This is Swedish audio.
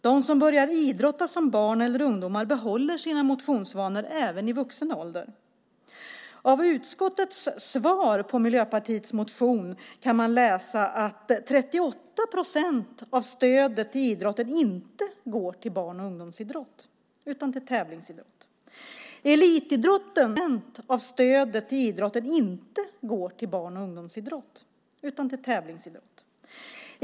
De som börjar idrotta som barn eller ungdomar behåller sina motionsvanor även i vuxen ålder. Av utskottets svar på Miljöpartiets motion kan man utläsa att 38 procent av stödet till idrotten inte går till barn och ungdomsidrott utan till tävlingsidrott.